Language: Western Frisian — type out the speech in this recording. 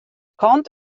kant